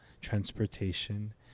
transportation